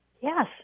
Yes